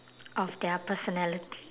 of their personality